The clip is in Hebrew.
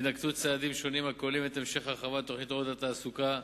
יינקטו צעדים שונים הכוללים את המשך הרחבת תוכנית "אורות לתעסוקה",